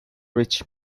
rich